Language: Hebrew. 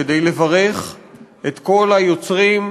כדי לברך את כל היוצרים,